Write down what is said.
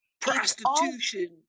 prostitution